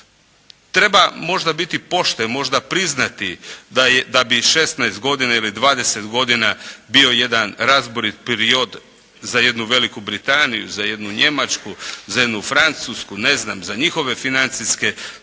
Treba možda biti pošten, možda priznati da bi 16 godina ili 20 godina bio jedan razborit period za jednu Veliku Britaniju, za jednu Njemačku, za jednu Francusku, za njihove financijske